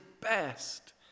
best